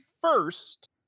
first